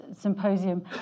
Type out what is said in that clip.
Symposium